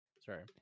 Sorry